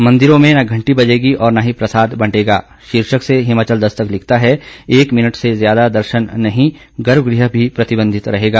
मंदिरों में न घंटी बजेगी और न ही प्रसाद बंटेगा शीर्षक से हिमाचल दस्तक लिखता है एक मिनट से ज्यादा दर्शन नहीं गर्भगृह भी प्रतिबंधित रहेगा